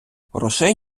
грошей